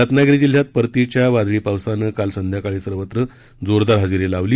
रत्नागिरी जिल्ह्यात परतीच्या वादळी पावसानं काल संध्याकाळी सर्वत्र जोरदार हजेरी लावली